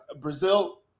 Brazil